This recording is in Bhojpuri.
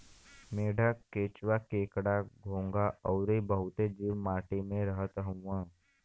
मेंढक, केंचुआ, केकड़ा, घोंघा अउरी बहुते जीव माटी में रहत हउवन